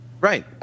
Right